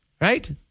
right